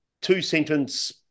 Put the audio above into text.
two-sentence